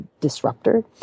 disruptor